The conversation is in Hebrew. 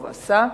טוב עשה.